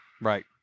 right